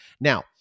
Now